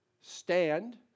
Stand